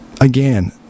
again